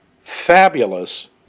fabulous